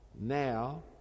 now